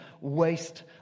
waste